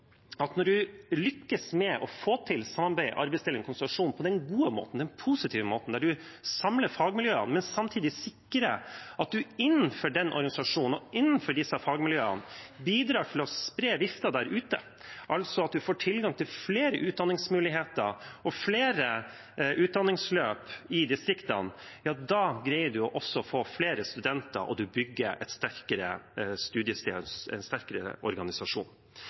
at når man lykkes med å få til samarbeid, arbeidsdeling og konsentrasjon på den gode måten, den positive måten der man samler fagmiljøene, men samtidig sikrer at man innenfor den organisasjonen og innenfor disse fagmiljøene bidrar til å spre viften der ute, altså at man får tilgang til flere utdanningsmuligheter og flere utdanningsløp i distriktene, da greier man også å få flere studenter og bygge et sterkere studiested og en sterkere organisasjon.